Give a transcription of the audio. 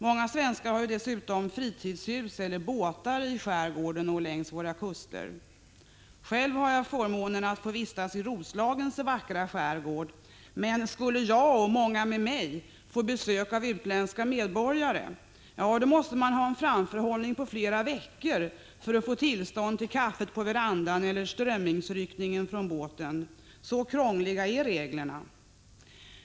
Många svenskar har dessutom fritidshus eller båtar i skärgården och längs våra kuster. Själv har Prot. 1985/86:148 jag förmånen att få vistas i Roslagens vackra skärgård, men skulle jag - och 22 maj 1986 många med mig — få besök av utländska medborgare måste jag ha en framförhållning på flera veckor för att få tillstånd till kaffet på verandan eller strömmingsryckningen från båten. Så krångliga är reglerna.